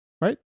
Right